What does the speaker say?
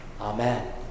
Amen